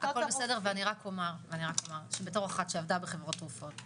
בתור אחת שעבדה בחברות תרופות,